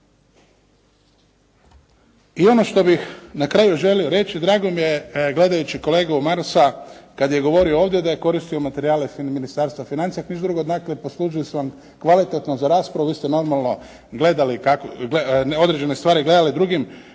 I ono što bih na kraju želio reći, drago mi je gledajući kolegu Marasa kad je govorio ovdje da je koristio materijale Ministarstva financija, ako ništa drugo … /Govornik se ne razumije./ … poslužili su vam kvalitetno za raspravu, vi ste određene stvari gledali drugim